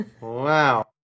Wow